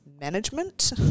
management